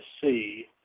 see